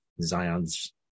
Zion's